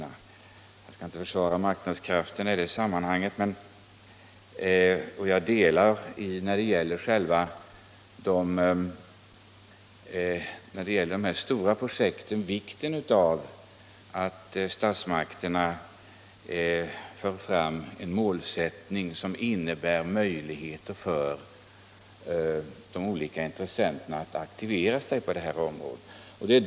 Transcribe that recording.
Jag skall inte försvara marknadskrafterna härvidlag och jag delar, när det gäller de stora projekten, uppfattningen att det är viktigt att statsmakterna har en målsättning som innebär möjligheter för de olika intressenterna att aktivera sig på detta område.